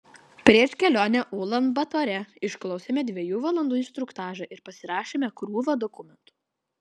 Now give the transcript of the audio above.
prieš kelionę ulan batore išklausėme dviejų valandų instruktažą ir pasirašėme krūvą dokumentų